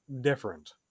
different